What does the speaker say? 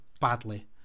badly